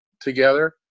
together